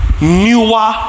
newer